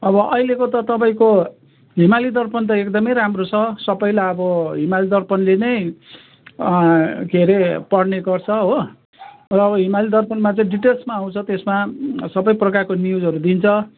अब अहिलेको त तपाईँको हिमालय दर्पण त एकदमै राम्रो छ सबैलाई अब हिमालय दर्पणले नै के अरे पढ्ने गर्छ हो र अब हिमालय दर्पणमा चाहिँ डिटेल्समा आउँछ त्यसमा सबै प्रकारको न्युजहरू दिन्छ